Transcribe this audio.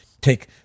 take